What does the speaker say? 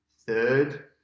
third